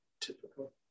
typical